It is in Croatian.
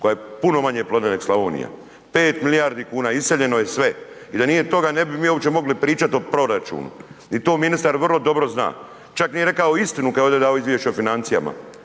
koja je puno manje plodna neg Slavonija, 5 milijardi kuna, iseljeno je sve i da nije toga ne bi mi uopće mogli pričat o proračunu i to ministar vrlo dobro zna, čak nije rekao istinu kad je ovdje davao izvješća o financijama,